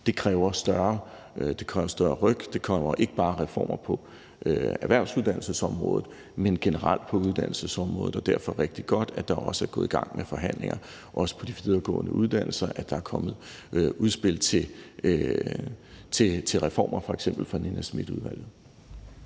Det kræver større ryk, det kræver ikke bare reformer på erhvervsuddannelsesområdet, men generelt på uddannelsesområdet. Derfor er det rigtig godt, at der også er kommet gang i forhandlingerne vedrørende de videregående uddannelser, og at der er kommet udspil til reformer fra f.eks. Nina Smith-udvalget.